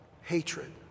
hatred